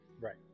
Right